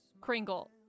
Kringle